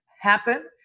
happen